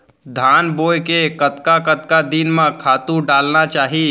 धान बोए के कतका कतका दिन म खातू डालना चाही?